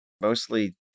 mostly